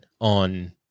on